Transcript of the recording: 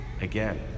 again